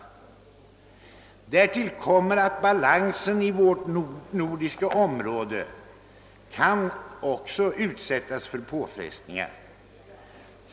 Därtill kommer att balansen i det nordiska området kan utsättas för påfrestningar.